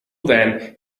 then